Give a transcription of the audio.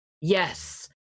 yes